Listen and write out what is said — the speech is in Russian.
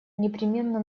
непременно